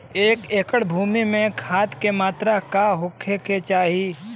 एक एकड़ भूमि में खाद के का मात्रा का होखे के चाही?